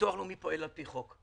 הביטוח הלאומי פועל על פי חוק.